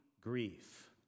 grief